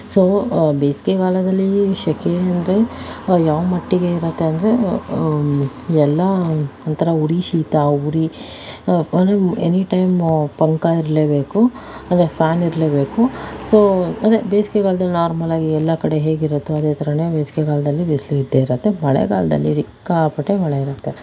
so ಬೇಸಿಗೆಗಾಲದಲ್ಲಿ ಸೆಖೆ ಅಂದರೆ ಯಾವ ಮಟ್ಟಿಗೆ ಇರುತ್ತೆ ಅಂದರೆ ಎಲ್ಲ ಒಂಥರ ಉರಿ ಶೀತ ಉರಿ ಅಂದರೆ ಎನಿಟೈಮ್ ಪಂಕ ಇರಲೇಬೇಕು ಅಂದರೆ ಫ್ಯಾನ್ ಇರಲೇಬೇಕು ಸೊ ಅದೇ ಬೇಸಿಗೆಗಾಲದಲ್ಲಿ ನಾರ್ಮಲ್ಲಾಗಿ ಎಲ್ಲ ಕಡೆ ಹೇಗಿರುತ್ತೋ ಅದೇ ಥರಾನೆ ಬೇಸಿಗೆಗಾಲದಲ್ಲಿ ಬಿಸಿಲು ಇದ್ದೇ ಇರುತ್ತೆ ಮಳೆಗಾಲದಲ್ಲಿ ಸಿಕ್ಕಾಪಟ್ಟೆ ಮಳೆಯಿರುತ್ತೆ